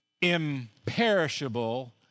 imperishable